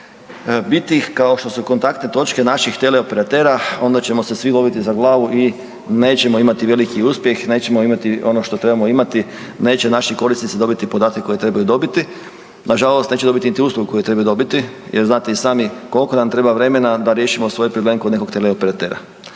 biti kao što su kontaktne točke naših teleoperatera onda ćemo se svi loviti za glavu i nećemo imati veliki uspjeh, nećemo imati ono što trebamo imati, neće naši korisnici dobiti podatak koji trebaju dobiti. Nažalost neće dobiti niti uslugu koju trebaju dobiti jer znate i sami koliko nam treba vremena da riješimo svoj problem kod nekog teleoperatera.